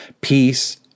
Peace